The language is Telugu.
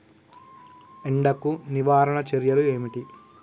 ఎండకు నివారణ చర్యలు ఏమిటి?